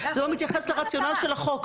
זה לא מתייחס לרציונל של החוק.